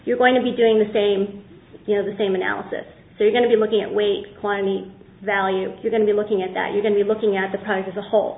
you're going to be doing the same you know the same analysis so you're going to be looking at weight climb the value you're going to be looking at that you can be looking at the product as a whole